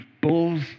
bulls